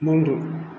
மூன்று